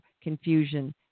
confusion